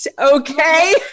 Okay